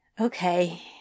Okay